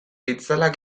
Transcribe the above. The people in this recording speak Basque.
itzalak